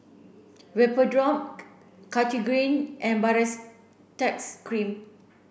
Vapodrops Cartigain and cream